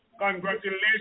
Congratulations